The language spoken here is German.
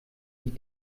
die